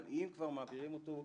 אבל אם כבר מעבירים אותו,